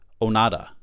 onada